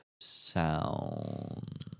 sound